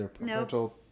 no